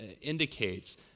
indicates